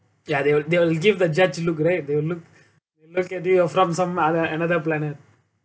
ya they will they will give the judge look right they will look look at you like you're from some other another planet